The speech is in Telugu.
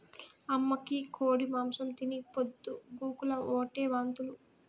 అమ్మకి కోడి మాంసం తిని పొద్దు గూకులు ఓటే వాంతులు